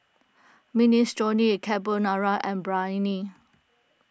Minestrone Carbonara and Biryani